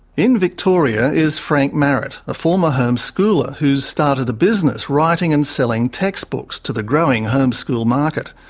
in victoria is frank marett, a former homeschooler who's started a business writing and selling text books to the growing homeschool market.